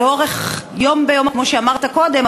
יום ביומו, כמו שאמרת קודם?